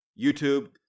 YouTube